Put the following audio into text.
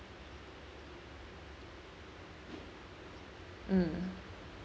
mm